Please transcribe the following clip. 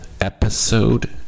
episode